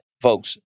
folks